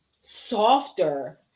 softer